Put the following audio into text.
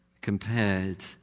compared